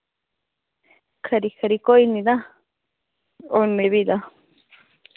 खरी खरी कोई नी तां औने आं भी तां